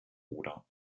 oder